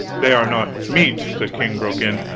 they are not meet, the king broke in.